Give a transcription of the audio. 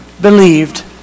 believed